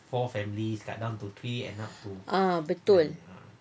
ah betul